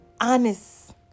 honest